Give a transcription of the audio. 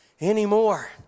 anymore